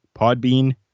Podbean